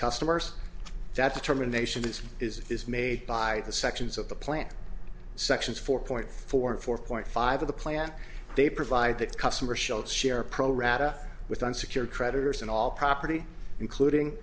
customers that determination is is is made by the sections of the plant sections four point four four point five of the plant they provide that customer shots share pro rata with unsecured creditors and all property including